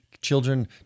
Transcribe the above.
children